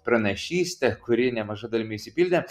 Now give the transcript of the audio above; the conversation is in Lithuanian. pranašystę kuri nemaža dalimi išsipildė